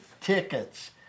tickets